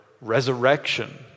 resurrection